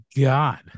god